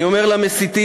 אני אומר למסיתים: